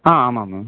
ஆ ஆமாம் மேம்